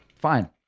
fine